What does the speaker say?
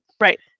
Right